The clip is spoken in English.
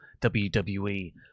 wwe